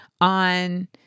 on